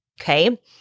Okay